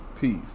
Peace